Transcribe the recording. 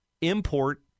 import